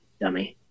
Dummy